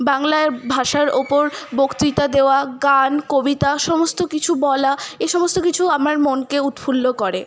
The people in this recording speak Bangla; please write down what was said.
বাংলা ভাষার উপর বক্তৃতা দেওয়া গান কবিতা সমস্ত কিছু বলা এই সমস্ত কিছু আমার মনকে উৎফুল্ল করে